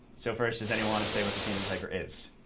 so first, does anyone want to say what the caesar cipher is?